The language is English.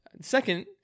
Second